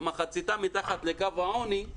מחציתה מתחת לקו העוני,